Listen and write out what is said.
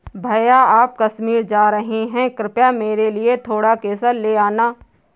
भैया आप कश्मीर जा रहे हैं कृपया मेरे लिए थोड़ा केसर ले आना